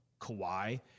Kawhi